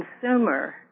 consumer